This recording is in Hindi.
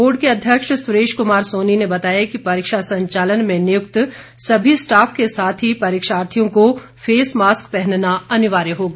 बोर्ड के अध्यक्ष सुरेश कुमार सोनी ने बताया कि परीक्षा संचालन में नियुक्त समस्त स्टाफ के साथ ही परीक्षार्थियों को फेस मास्क पहनना अनिवार्य होगा